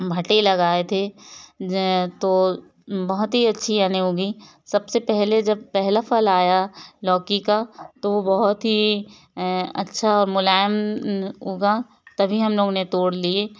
भुट्टे लगाए थे तो बहुत ही अच्छी यानी उगी सबसे पहले जब पहले फल आया लौकी का तो बहुत ही अच्छा मुलायम उगा तभी हम लोगों ने तोड़ लिए